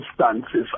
circumstances